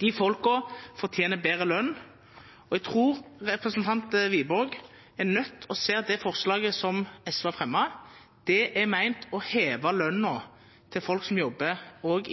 De folkene fortjener bedre lønn. Jeg tror representanten Wiborg er nødt til å se at det forslaget som SV har fremmet, er ment å heve lønnen også til folk som jobber